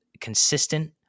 consistent